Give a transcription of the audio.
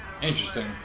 Interesting